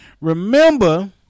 Remember